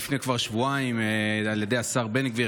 כבר לפני שבועיים על ידי השר בן גביר.